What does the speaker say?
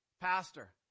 pastor